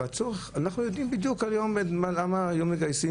לצורך אנחנו יודעים בדיוק היום למה מגייסים,